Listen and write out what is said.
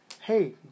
hey